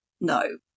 no